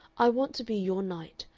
i want to be your knight,